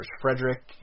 Frederick